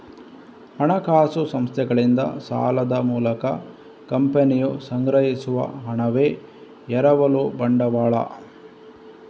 ಹಣಕಾಸು ಸಂಸ್ಥೆಗಳಿಂದ ಸಾಲದ ಮೂಲಕ ಕಂಪನಿಯು ಸಂಗ್ರಹಿಸುವ ಹಣವೇ ಎರವಲು ಬಂಡವಾಳ